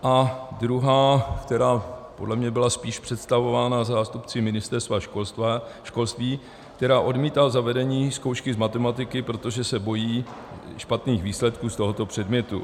A druhá, která podle mě byla spíše představována zástupci Ministerstva školství, která odmítá zavedení zkoušky z matematiky, protože se bojí špatných výsledků z tohoto předmětu.